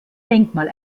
denkmal